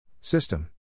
System